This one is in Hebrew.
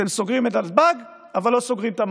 אתם סוגרים את נתב"ג אבל לא סוגרים את המעברים,